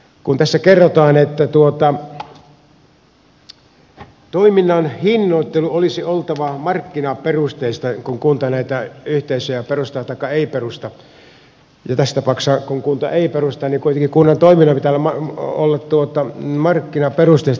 kun tässä kerrotaan että toiminnan hinnoittelun olisi oltava markkinaperusteista kun kunta näitä yhteisöjä perustaa taikka ei perusta ja tässä tapauksessa kun kunta ei perusta niin kuitenkin kunnan toiminnan pitää olla markkinaperusteista